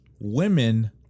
women